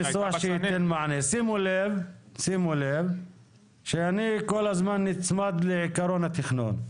שימו לב שאני כל הזמן נצמד לעיקרון התכנון.